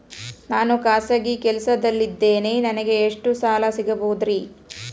ನಾನು ಖಾಸಗಿ ಕೆಲಸದಲ್ಲಿದ್ದೇನೆ ನನಗೆ ಎಷ್ಟು ಸಾಲ ಸಿಗಬಹುದ್ರಿ?